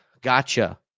Gotcha